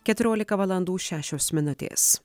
keturiolika valandų šešios minutės